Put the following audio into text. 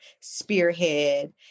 spearhead